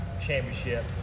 Championship